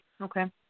Okay